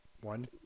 One